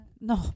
No